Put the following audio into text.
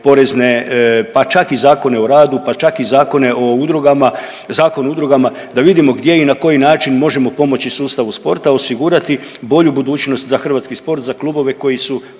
pa čak i Zakone o radu, pa čak i Zakone o udrugama, Zakon o udrugama da vidimo gdje i na koji način možemo pomoći sustavu sporta, osigurati bolju budućnost za hrvatski sport za klubove koji su